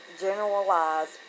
generalized